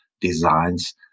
designs